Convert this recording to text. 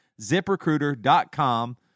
ZipRecruiter.com